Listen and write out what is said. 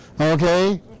Okay